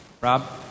Rob